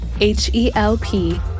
H-E-L-P